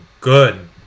good